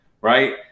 Right